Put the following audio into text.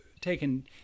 taken